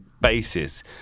basis